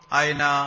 aina